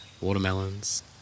Watermelons